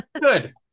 Good